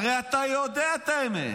הרי אתה יודע את האמת.